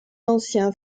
ancien